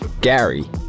Gary